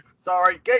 Sorry